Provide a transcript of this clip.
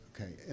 Okay